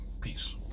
Peace